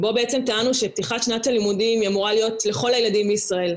ובו בעצם טענו שפתיחת שנת הלימודים אמורה להיות לכל הילדים בישראל,